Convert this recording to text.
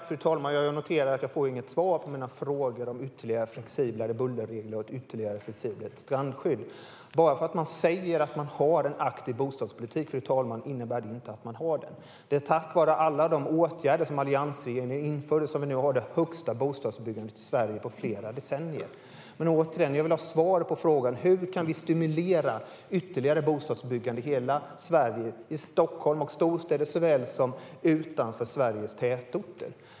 Fru talman! Jag noterar att jag inte får något svar på mina frågor om flexiblare bullerregler och ett flexiblare strandskydd. Bara för att man säger att man har en aktiv bostadspolitik, fru talman, innebär det inte att man har det. Det är tack vare alla de åtgärder som alliansregeringen införde som vi nu har det högsta bostadsbyggandet i Sverige på flera decennier. Jag vill ha svar på frågan. Hur kan vi stimulera ytterligare bostadsbyggande i hela Sverige, i Stockholm och storstäder såväl som utanför Sveriges tätorter?